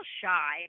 shy